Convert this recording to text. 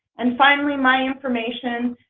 and finally my information